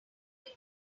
many